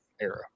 era